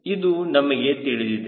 ಇದು ನಮಗೆ ತಿಳಿದಿದೆ